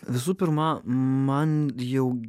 visų pirma man jau